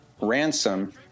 Ransom